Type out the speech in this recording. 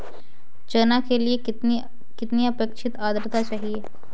चना के लिए कितनी आपेक्षिक आद्रता चाहिए?